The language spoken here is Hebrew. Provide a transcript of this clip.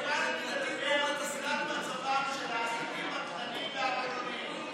החוק הבא מדבר על מצבם של העסקים הקטנים והבינוניים.